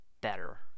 better